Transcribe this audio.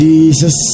Jesus